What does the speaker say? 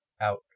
out